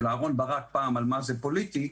של אהרון ברק פעם על מה זה "פוליטי",